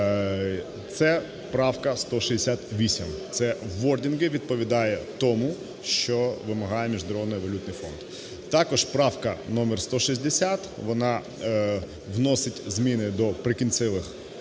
Це правка 168. Це wording відповідає тому, що вимагає Міжнародний валютний фонд. Також правка номер 160, вона вносить зміни до "Прикінцевих